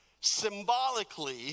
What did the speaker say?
symbolically